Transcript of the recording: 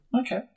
Okay